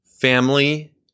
family